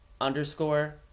underscore